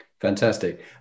Fantastic